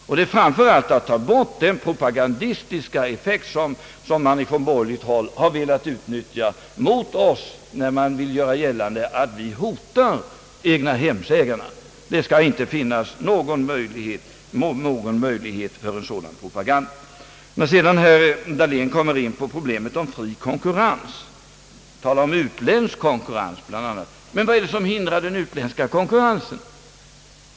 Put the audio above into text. Vi vill framför allt ta bort den propagandistiska effekt, som man från borgerligt håll har velat utnyttja mot oss, när man velat göra gällande att vi hotar egnahemsägarna. Det skall inte finnas någon möjlighet till en sådan propaganda. Vidare berörde herr Dahlén problemet om fri konkurrens. Han talade bl.a. om utländsk konkurrens. Men vad är det som hindrar den utländska konkurrensen?